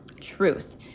truth